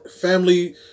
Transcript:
family